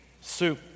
soup